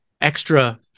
extra